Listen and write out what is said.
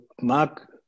mark